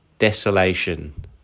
desolation